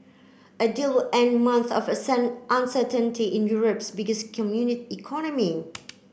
a deal would end months of uncertainty in Europe's biggest economy